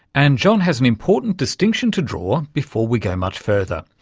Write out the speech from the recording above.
and john has an important distinction to draw before we go much further.